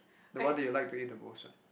the one that you like to eat the most right